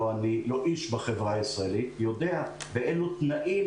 לא אני ולא איש בחברה הישראלית יודע באלו תנאים